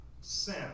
Sin